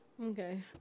Okay